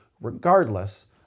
regardless